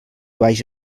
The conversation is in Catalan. baix